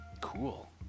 Cool